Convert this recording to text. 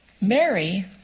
Mary